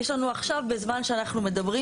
יש לנו עכשיו בזמן שאנחנו מדברים,